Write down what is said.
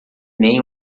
nem